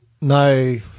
no –